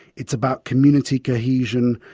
it's about community cohesion,